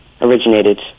originated